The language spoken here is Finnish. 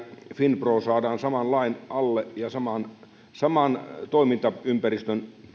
finpro saadaan saman lain alle ja saman toimintaympäristön